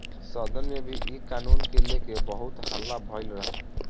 सदन में भी इ कानून के लेके बहुत हल्ला भईल रहे